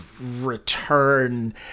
return